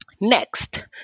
Next